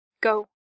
go